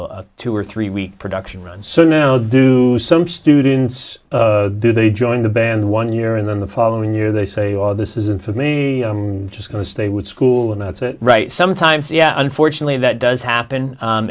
a two or three week production run so now do some students do they join the band one year and then the following year they say all this isn't for me i'm just going to stay with school and that's it right sometimes yeah unfortunately that does happen